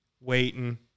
waiting